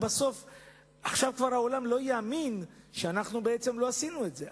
עכשיו העולם כבר לא יאמין שלא עשינו את זה,